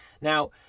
Now